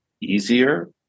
easier